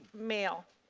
male